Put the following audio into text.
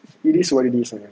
it is what it is ah